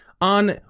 on